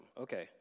Okay